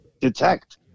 detect